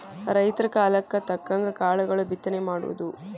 ರೈತರ ಕಾಲಕ್ಕ ತಕ್ಕಂಗ ಕಾಳುಗಳ ಬಿತ್ತನೆ ಮಾಡುದು